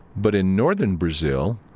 but in northern brazil,